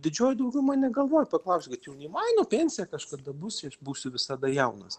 didžioji dauguma negalvoja paklauskit jaunimo ai nu pensija kažkada bus aš būsiu visada jaunas